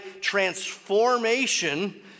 transformation